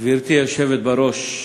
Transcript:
גברתי היושבת בראש,